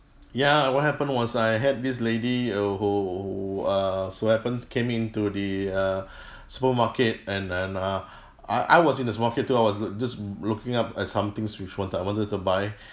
ya what happened was I had this lady uh who who err so happens came into the uh supermarket and and uh I I was in the supermarket too I was just looking up at some things which wanted I wanted to buy